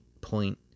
point